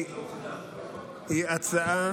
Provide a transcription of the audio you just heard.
היא הצעה